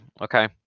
okay